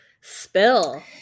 Spill